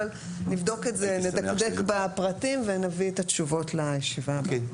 אבל נדקדק בפרטים ונביא את התשובות לישיבה הבאה.